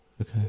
Okay